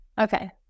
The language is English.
Okay